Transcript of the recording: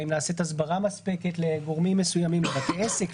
האם נעשית הסברה מספקת לגורמים מסוימים בבתי עסק,